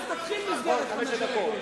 מאה אחוז.